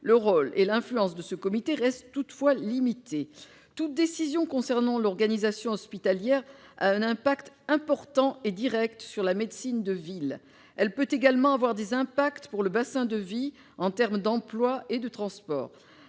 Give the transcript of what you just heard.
le rôle et l'influence de ce comité restent limités. Toute décision concernant l'organisation hospitalière a un impact important et direct sur la médecine de ville. Elle peut également avoir des conséquences pour le bassin de vie en termes d'emplois et de transports.